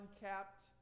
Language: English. uncapped